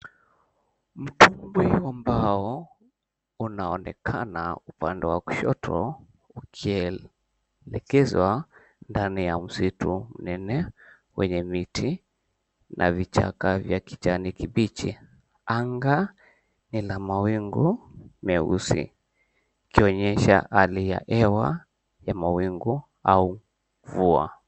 Mtumbwi wa mbao unaonekana upande wa kushoto ukielekezwa ndani ya msitu menene wenye miti na vichaka vya kijani kibichi. Anga ni la mawingu meusi ikionyesha hali ya hewa ya mawingu au mvua.